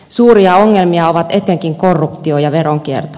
suuria ongelmia ovat etenkin korruptio ja veronkierto